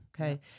Okay